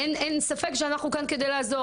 אין ספק שאנחנו כאן כדי לעזור,